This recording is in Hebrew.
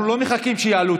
אנחנו לא מחכים שיעלו.